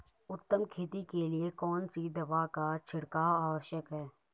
उत्तम खेती के लिए कौन सी दवा का छिड़काव आवश्यक है?